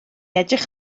edrych